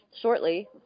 shortly